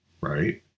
right